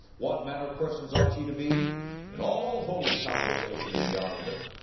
what manner of persons ought ye to be in all holy conversation and godliness,